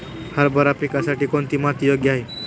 हरभरा पिकासाठी कोणती माती योग्य आहे?